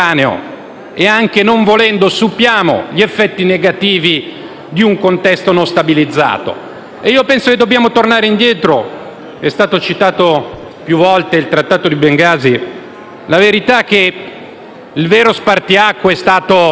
e, anche non volendo, subiamo gli effetti negativi di un contesto non stabilizzato? Penso che dobbiamo tornare indietro. È stato citato più volte il Trattato di Bengasi. La verità è che il vero spartiacque è stata